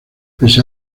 pese